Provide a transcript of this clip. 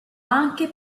anche